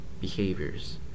Behaviors